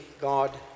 God